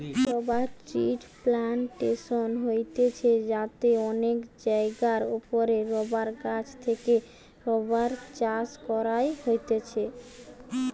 rubber ট্রির plantation হতিছে যাতে অনেক জায়গার ওপরে রাবার গাছ থেকে রাবার চাষ কইরা হতিছে